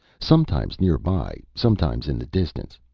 sometimes near by, sometimes in the distance,